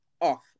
off